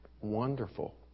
wonderful